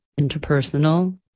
interpersonal